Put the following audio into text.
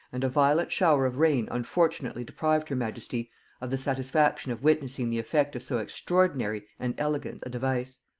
and a violent shower of rain unfortunately deprived her majesty of the satisfaction of witnessing the effect of so extraordinary and elegant a device.